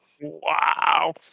wow